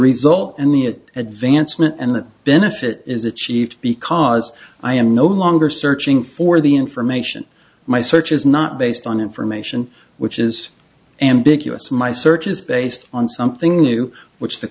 result and the it advancement and the benefit is achieved because i am no longer searching for the information my search is not based on information which is ambiguous my search is based on something new which the